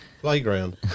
playground